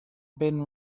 been